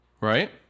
right